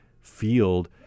field